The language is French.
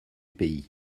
pays